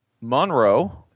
Monroe